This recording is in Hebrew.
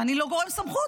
שאני לא גורם סמכות,